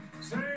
Say